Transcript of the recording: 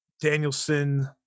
Danielson